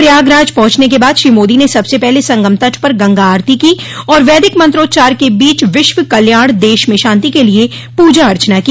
प्रयागराज पहॅचने के बाद श्री मोदी ने सबसे पहले संगम तट पर गंगा आरती की और वैदिक मंत्रोच्चार के बीच विश्व कल्याण देश में शांति के लिए पूजा अर्चना की